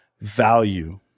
value